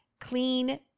clean